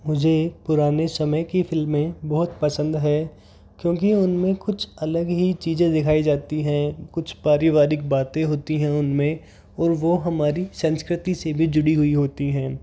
मुझे पुराने समय की फिल्में बहुत पसंद हैं क्योंकि उनमें कुछ अलग ही चीज़ें दिखाई जाती हैं कुछ पारिवारिक बातें होती हैं उनमें और वो हमारी संस्कृति से भी जुड़ी हुई होती हैं